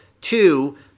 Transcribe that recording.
two